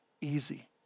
easy